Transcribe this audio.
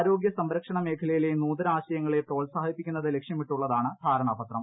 ആരോഗ്യ സംരക്ഷണ മേഖലയിലെ നൂതന ആശയങ്ങളെ പ്രോത്സാഹിപ്പിക്കുന്നത് ലക്ഷ്യമിട്ടുള്ളതാണ് ധാരണാ പത്രം